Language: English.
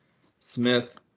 Smith